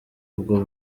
ubwo